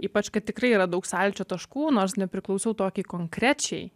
ypač kad tikrai yra daug sąlyčio taškų nors nepriklausau tokiai konkrečiai